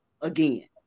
again